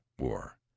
war